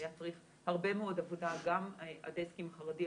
היה צריך הרבה מאוד עבודה גם הדסקים החרדי,